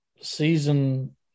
season